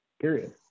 period